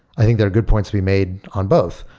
i think there are good points to be made on both.